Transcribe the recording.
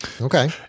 Okay